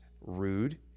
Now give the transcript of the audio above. rude